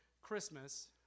Christmas